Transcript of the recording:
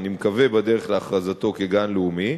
אני מקווה בדרך להכרזתו כגן לאומי,